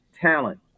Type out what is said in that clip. talent